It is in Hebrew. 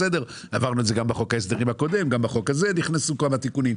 עברנו את זה בחוק ההסדרים הקודם וגם בחוק הזה נכנסו כמה תיקונים.